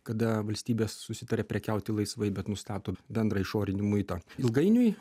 kada valstybės susitaria prekiauti laisvai bet nustato bendrą išorinį muitą ilgainiui